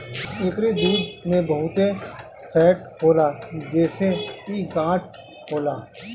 एकरी दूध में बहुते फैट होला जेसे इ गाढ़ होला